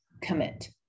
commit